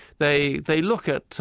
they they look at